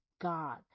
God